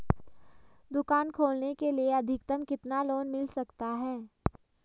दुकान खोलने के लिए अधिकतम कितना लोन मिल सकता है?